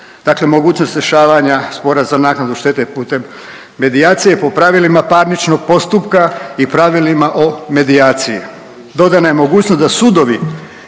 mogućnost rješavanja spora za naknadu štete putem medijacije po pravilima parničnog postupka i pravilima o medijaciji. Dodana je mogućnost da sudovi